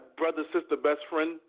brother-sister-best-friend